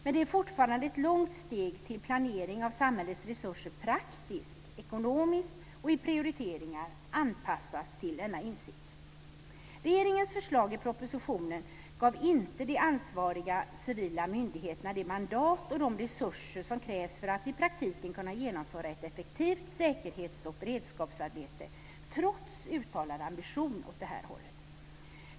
Men det är fortfarande ett långt steg till att planeringen av samhällets resurser, praktiskt ekonomiskt och i prioriteringar, anpassas till denna insikt. Regeringens förslag i propositionen gav inte de ansvariga civila myndigheterna det mandat och de resurser som krävs för att i praktiken kunna genomföra ett effektivt säkerhets och beredskapsarbete trots uttalade ambitioner åt det här hållet.